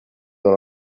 dans